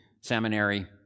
seminary